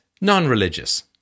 non-religious